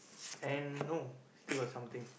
and no still got something